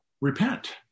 repent